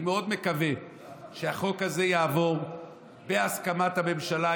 אני מאוד מקווה שהחוק הזה יעבור בהסכמת הממשלה.